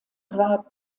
war